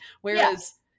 Whereas